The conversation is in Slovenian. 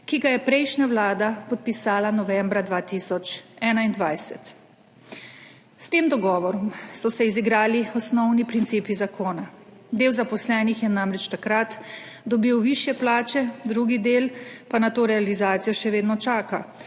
ki ga je prejšnja vlada podpisala novembra 2021. S tem dogovorom so se izigrali osnovni principi zakona, del zaposlenih je namreč takrat dobil višje plače, drugi del pa na to realizacijo še vedno čaka,